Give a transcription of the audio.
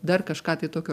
dar kažką ką tai tokio